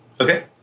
Okay